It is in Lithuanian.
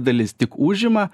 dalis tik užima